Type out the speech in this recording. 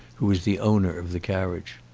who was the owner of the carriage.